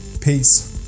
Peace